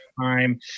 time